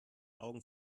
augen